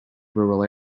rural